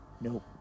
Nope